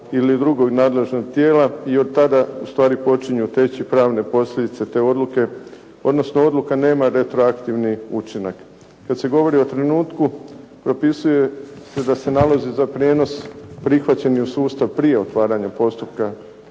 ili drugog nadležnog tijela i od tada ustvari počinju teći pravne posljedice te odluke odnosno odluka nema retroaktivni učinak. Kada se govori o trenutku, propisuje se da se nalozi za prijenos prihvaćeni u sustav prije otvaranja postupka